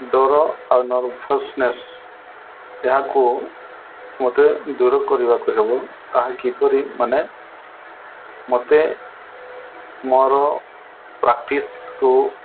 ଡ଼ର ଆଉ ନର୍ଭସନେସ୍ ଏହାକୁ ମୋତେ ଦୂର କରିବାକୁ ହେବ ତାହା କି କରିରି ମାନେ ମୋତେ ମୋର ପ୍ରାକ୍ଟିସ୍କୁ